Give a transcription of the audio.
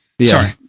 Sorry